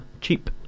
cheap